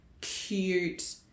cute